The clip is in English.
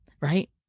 right